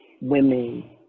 women